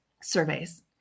surveys